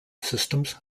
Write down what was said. systems